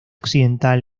occidental